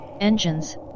Engines